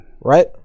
Right